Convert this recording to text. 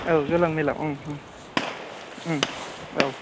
औ गेवलां मेलाव ओ ओ ओम औ